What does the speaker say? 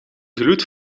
gloed